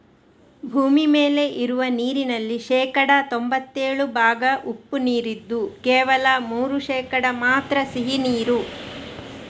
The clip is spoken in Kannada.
ಭೂಮಿ ಮೇಲೆ ಇರುವ ನೀರಿನಲ್ಲಿ ಶೇಕಡಾ ತೊಂಭತ್ತೇಳು ಭಾಗ ಉಪ್ಪು ನೀರಿದ್ದು ಕೇವಲ ಮೂರು ಶೇಕಡಾ ಮಾತ್ರ ಸಿಹಿ ನೀರು